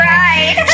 right